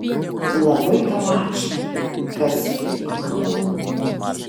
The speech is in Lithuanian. labai tau ačiū kad suteikei man malonumą